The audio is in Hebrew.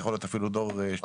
יכול להיות אפילו דור שלישי.